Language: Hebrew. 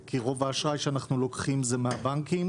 כי רוב האשראי שאנחנו לוקחים זה מהבנקים